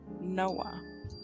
Noah